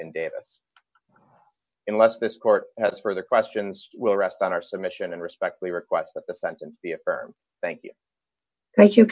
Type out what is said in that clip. davis unless this court has further questions will rest on our submission and respectfully request that the sentence be affirmed thank you thank you